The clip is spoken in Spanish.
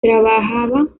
trabajaba